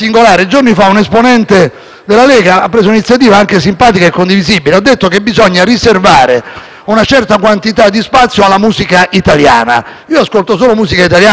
una certa quantità di spazio alla musica italiana. Io ascolto solo musica italiana (tra l'altro basta sintonizzarsi su una di quelle radio che fanno solo musica italiana e il problema è già risolto alla radice),